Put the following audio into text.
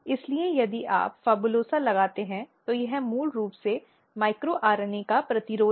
इसलिए यदि आप PHABULOSA लगाते हैं तो यह मूल रूप से माइक्रो आरएनए का प्रतिरोध है